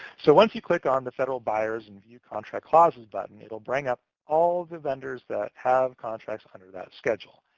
so once you click on the federal buyers and view contract clauses button, it'll bring up all the vendors that have contracts under that schedule.